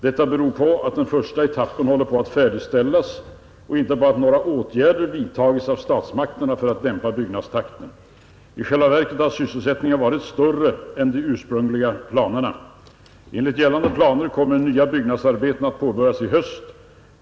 Detta beror på att den första etappen håller på att färdigställas och inte på att några åtgärder vidtagits av statsmakterna för att dämpa byggnadstakten. I själva verket har sysselsättningen varit större än ursprungligen planerat. Enligt gällande planer kommer nya byggnadsarbeten att påbörjas i höst.